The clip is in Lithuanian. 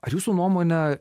ar jūsų nuomone